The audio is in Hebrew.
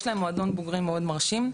יש להם מועדון בוגרים מאוד מרשים,